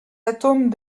atomes